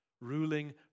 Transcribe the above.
ruling